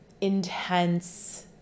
intense